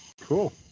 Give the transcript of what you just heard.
Cool